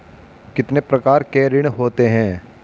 कितने प्रकार के ऋण होते हैं?